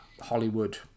Hollywood